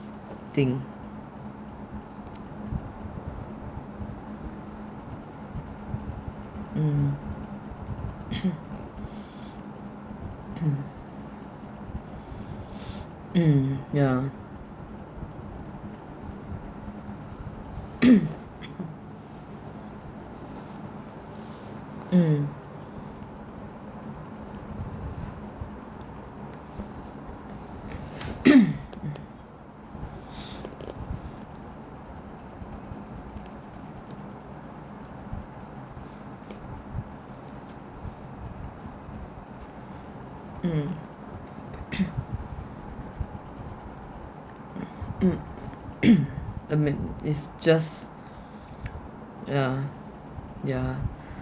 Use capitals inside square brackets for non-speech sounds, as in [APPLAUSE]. thing mm [COUGHS] [COUGHS] [BREATH] mm ya [COUGHS] mm [COUGHS] [BREATH] mm [COUGHS] [COUGHS] I mean it's just uh ya